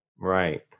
Right